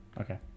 Okay